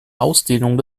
ausdehnung